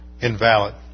invalid